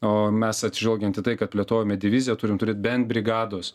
o mes atsižvelgiant į tai kad plėtojam diviziją turim turėt bent brigados